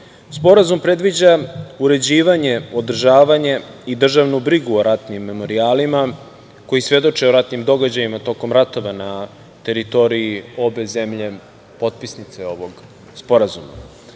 logore. Sporazum predviđa uređivanje, održavanje i državnu brigu o ratnim memorijalima, koji svedoče o ratnim događajima tokom ratova na teritoriji obe zemlje, potpisnice ovog sporazuma. Svaka